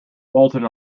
walton